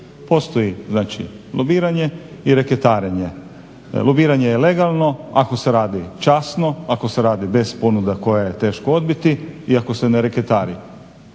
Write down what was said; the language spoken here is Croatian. Postoji znači, lobiranje i reketarenje. Lobiranje je legalno ako se radi časno, ako se radi bez ponuda koje je teško odbiti i ako se ne reketari.